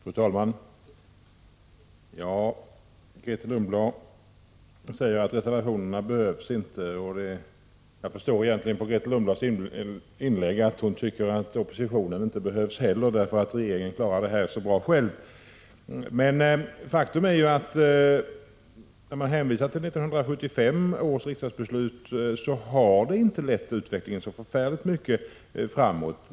Fru talman! Grethe Lundblad säger att reservationerna inte behövs, och jag förstod av hennes inlägg att hon egentligen tycker att inte heller oppositionen behövs — regeringen klarar det här så bra själv. Men faktum är att 1975 års riksdagsbeslut, som man här hänvisade till, inte har lett utvecklingen särskilt mycket framåt.